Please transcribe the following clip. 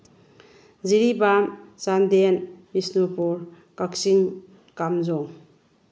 Jiribam Chandel Bishnupur Kakching Kamjong